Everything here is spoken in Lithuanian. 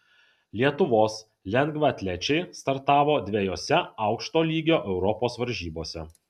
lietuvos lengvaatlečiai startavo dviejose aukšto lygio europos varžybose